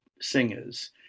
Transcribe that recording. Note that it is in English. singers